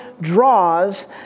draws